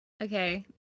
Okay